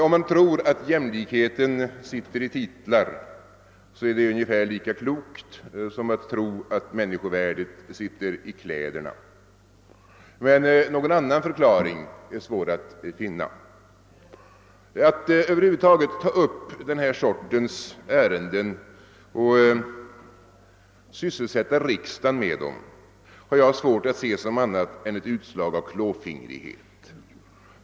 Om man tror att jämlikheten sitter i titlar, är det ungefär lika klokt som att tro att människovärdet sitter i kläderna. Men någon annan förklaring är svår att finna. Att över huvud taget ta upp denna sorts ärenden och sysselsätta riksdagen med dem har jag svårt att se som annat än ett utslag av klåfingrighet.